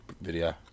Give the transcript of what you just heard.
video